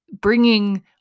bringing